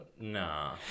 nah